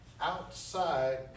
outside